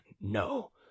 no